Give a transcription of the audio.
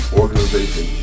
organization